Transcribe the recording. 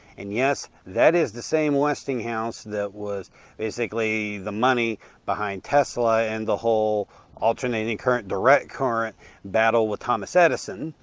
and, yes, that is the same westinghouse that was basically the money behind tesla and the whole alternating current direct current battle with thomas edison.